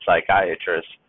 psychiatrists